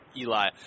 Eli